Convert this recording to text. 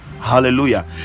hallelujah